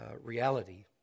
reality